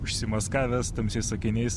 užsimaskavęs tamsiais akiniais